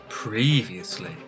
Previously